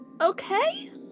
okay